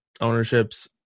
ownerships